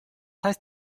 heißt